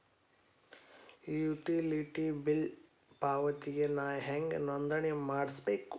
Utility bill ಪಾವತಿಗೆ ನಾ ಹೆಂಗ್ ನೋಂದಣಿ ಮಾಡ್ಸಬೇಕು?